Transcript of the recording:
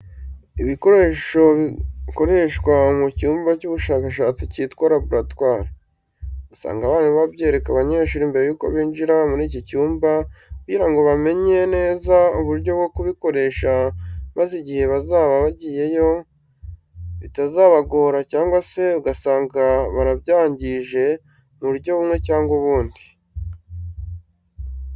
Ibikoresho bikoreshwa mu cyumba cy'ubushakashatsi cyitwa laboratwari, usanga abarimu babyereka abanyeshuri mbere yuko binjira muri iki cyumba kugira ngo bamenye neza uburyo bwo kubikoresha maze igihe bazaba bagiyeyo bitazabagora cyangwa se ugasanga barabyangije mu buryo bumwe cyangwa ubundi.